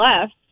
left